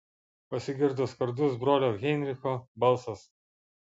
pasigirdo skardus brolio heinricho balsas